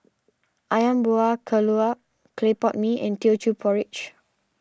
Ayam Buah Keluak Clay Pot Mee and Teochew Porridge